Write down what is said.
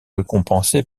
récompensée